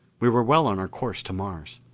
we were well on our course to mars.